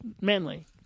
Manly